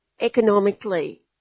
economically